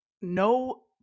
No